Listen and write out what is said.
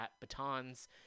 batons